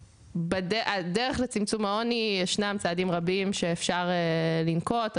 בדרך לצמצום העוני יש צעדים רבים שאפשר לנקוט,